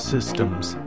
Systems